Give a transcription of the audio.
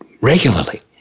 regularly